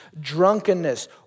drunkenness